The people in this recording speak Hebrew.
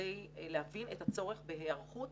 כדי להבין את הצורך בהיערכות